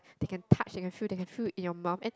they can touch they can feel that have food in you mouth and